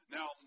Now